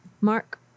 Mark